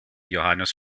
johannes